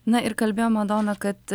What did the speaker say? na ir kalbėjo madona kad